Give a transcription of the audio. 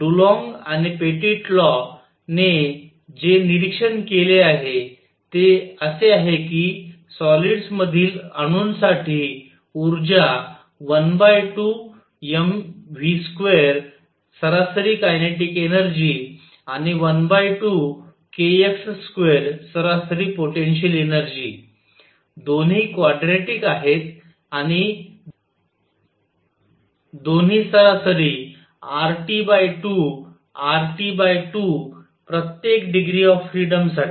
Dulong आणि Petit law ने जे निरीक्षण केले असे आहे की सॉलिड मधील अणूंसाठी ऊर्जा 12mv2 सरासरी कायनेटिक एनर्जी आणि 12kx2 सरासरी पोटेन्शिअल एनर्जी दोन्ही क्वाड्रॅटिक आहेत आणि दोन्ही सरासरी RT2 RT2 प्रत्येक डिग्री ऑफ फ्रिडम साठी